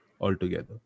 altogether